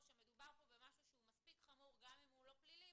או שמדובר פה במשהו שהוא מספיק חמור גם אם הוא לא פלילי,